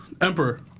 emperor